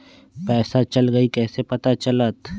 पैसा चल गयी कैसे पता चलत?